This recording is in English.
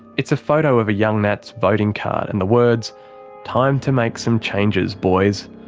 it's a photo of a young nats voting card and the words time to make some changes boys.